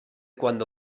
cuando